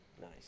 nice